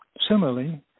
Similarly